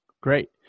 Great